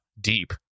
deep